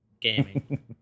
gaming